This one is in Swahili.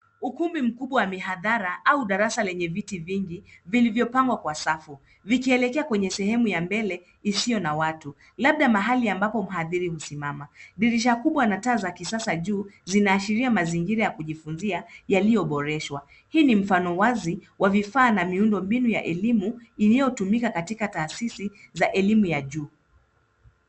Ukumbi mkubwa wa mihadhara au darasa lenye viti vingi vilivyopangwa kwa safu vikielekea kwenye sehemu ya mbele isiyo na watu. Labda mahali ambapo mhadhir husimama. Dirisha kubwa na taa za kisasa juu zinaashiria mazingira ya kujifunzia yaliyoboreshwa. Hii ni mfaono wazi wa vifaa na miundombinu ya elimu iliyotumika katika taasisi za elimu ya juu.